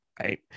right